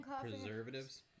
preservatives